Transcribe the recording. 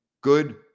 Good